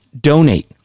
donate